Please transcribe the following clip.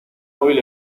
móvil